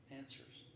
answers